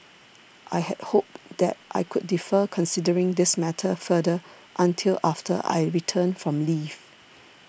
I had hoped that I could defer considering this matter further until after I return from leave